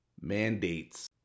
mandates